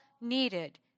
needed